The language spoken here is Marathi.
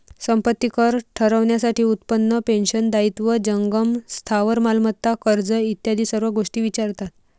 संपत्ती कर ठरवण्यासाठी उत्पन्न, पेन्शन, दायित्व, जंगम स्थावर मालमत्ता, कर्ज इत्यादी सर्व गोष्टी विचारतात